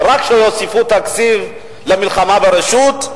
רק שיוסיפו תקציב למלחמה ברשות: